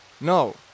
No